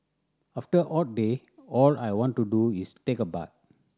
after hot day all I want to do is take a bath